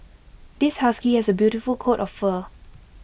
this husky has A beautiful coat of fur